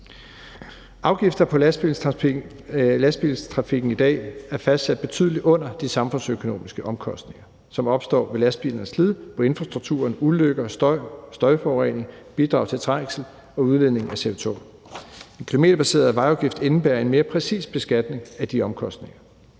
Afgifter på lastbiltrafikken i dag er fastsat betydeligt under de samfundsøkonomiske omkostninger, som opstår ved lastbilernes slid på infrastrukturen, ulykker, støj, støjforurening, bidrag til trængsel og udledning af CO2. En kilometerbaseret vejafgift indebærer en mere præcis beskatning af de omkostninger.